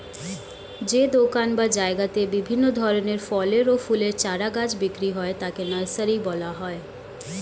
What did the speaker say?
যে দোকান বা জায়গাতে বিভিন্ন ধরনের ফলের ও ফুলের চারা গাছ বিক্রি হয় তাকে নার্সারি বলা হয়